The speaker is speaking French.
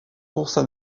courses